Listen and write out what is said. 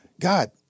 God